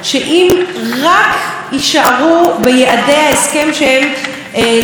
שהן להשאיר את הטמפרטורה רק שתי מעלות מעל